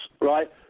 right